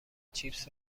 چیپس